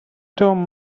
don’t